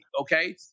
okay